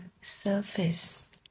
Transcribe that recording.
surface